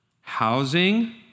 housing